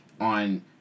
on